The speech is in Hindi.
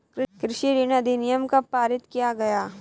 कृषि ऋण अधिनियम कब पारित किया गया?